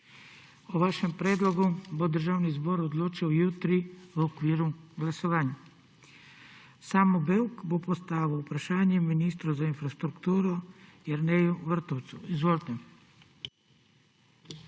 O vašem predlogu bo Državni zbor odločal jutri v okviru glasovanj. Franci Kepa bo postavil vprašanje ministru za infrastrukturo Jerneju Vrtovcu. Izvolite.